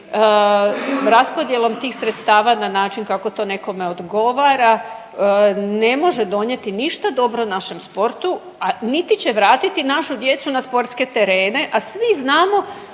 raspodjelom tih sredstava na način kako to nekome odgovara ne može donijeti ništa dobro našem sportu, a niti će vratiti našu djecu na sportske terene, a svi znamo